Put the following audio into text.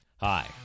Hi